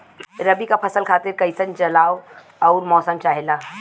रबी क फसल खातिर कइसन जलवाय अउर मौसम चाहेला?